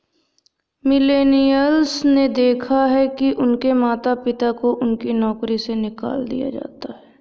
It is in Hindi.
मिलेनियल्स ने देखा है कि उनके माता पिता को उनकी नौकरी से निकाल दिया जाता है